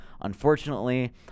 Unfortunately